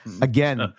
again